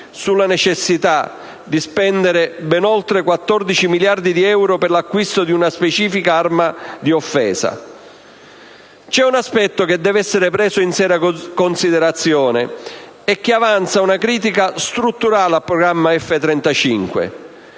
sulla necessità di spendere ben oltre 14 miliardi di euro per l'acquisto di una specifica arma di offesa. C'è un aspetto che deve essere preso in seria considerazione e che avanza una critica strutturale al programma F-35: